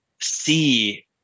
see